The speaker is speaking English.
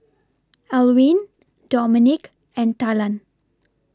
Alwine Dominic and Talan